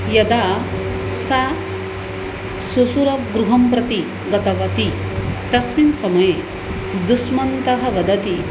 यदा सा श्वशुरगृहं प्रति गतवती तस्मिन् समये दुष्मन्तः वदति